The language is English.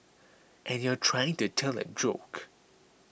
and you're trying to tell a joke